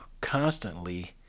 constantly